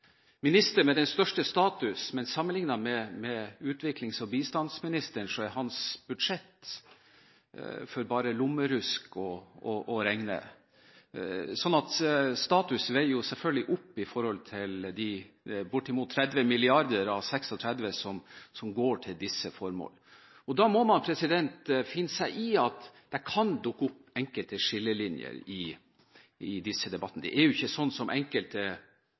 ministeren som har størst status, men sammenlignet med utviklings- og bistandsministeren er hans budsjett for bare lommerusk å regne. Status veier selvfølgelig opp i forhold til de bortimot 30 mrd. kr av 36 mrd. kr som går til disse formål. Da må man finne seg i at det kan dukke opp enkelte skillelinjer i disse debattene. Det er ikke slik som enkelte